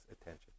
attention